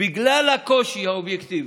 בגלל הקושי האובייקטיבי.